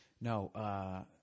No